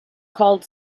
called